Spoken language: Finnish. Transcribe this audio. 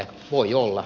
voi olla